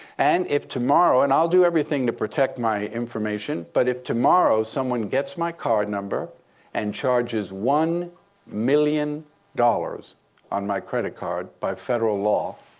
and if tomorrow and i'll do everything to protect my information but if tomorrow someone gets my card number and charges one million dollars on my credit card, by federal law,